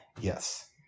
Yes